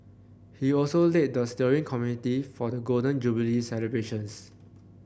he also led the steering committee for the Golden Jubilee celebrations